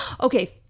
Okay